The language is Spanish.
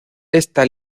esta